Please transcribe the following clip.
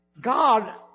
God